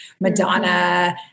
Madonna